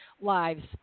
lives